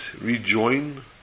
rejoin